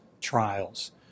trials